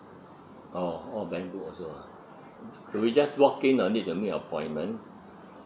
oh all bank book also lah we just walk in or need to make appointment